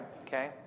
Okay